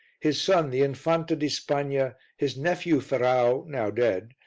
his son the infanta di spagna, his nephew ferrau, now dead,